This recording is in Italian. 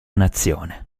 nazione